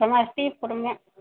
समस्तीपुरमे